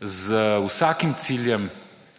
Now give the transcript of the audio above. z vsakim ciljem,